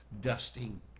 dusting